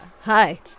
Hi